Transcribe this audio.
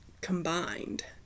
combined